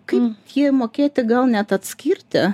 kaip jį mokėti gal net atskirti